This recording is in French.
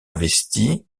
investi